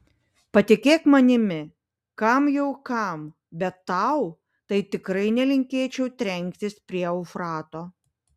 patikėk manimi kam jau kam bet tau tai tikrai nelinkėčiau trenktis prie eufrato